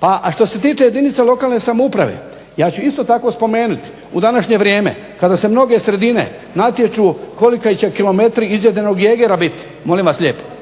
A što se tiče jedinica lokalne samouprave ja ću isto tako spomenuti, u današnje vrijeme kada se mnoge sredine natječu koliki će kilometri izjedenog Jegera biti molim vas lijepo